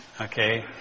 okay